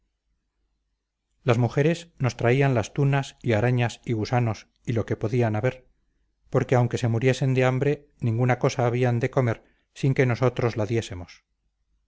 las mujeres nos traían las tunas y arañas y gusanos y lo que podían haber porque aunque se muriesen de hambre ninguna cosa habían de comer sin que nosotros la diésemos